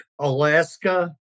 Alaska